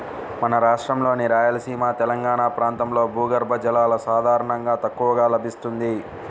మన రాష్ట్రంలోని రాయలసీమ, తెలంగాణా ప్రాంతాల్లో భూగర్భ జలం సాధారణంగా తక్కువగా లభిస్తుంది